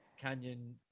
Canyon